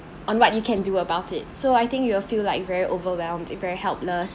on what you can do about it so I think you will feel like very overwhelmed it very helpless